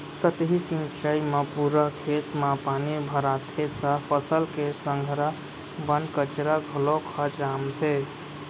सतही सिंचई म पूरा खेत म पानी भराथे त फसल के संघरा बन कचरा घलोक ह जामथे